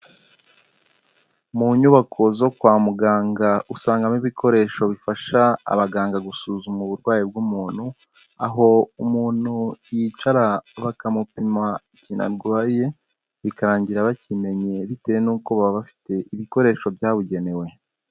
Munyubako zo kwa muganga usangamo ibikoresho bifasha abaganga gusuzuma uburwayi bw'umuntu aho umuntu yicara bakamupima ikintu arwaye bikarangira bakimenye bitewe n'uko baba bafite ibikoresho byabugenewe.